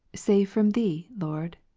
save from thee, lord?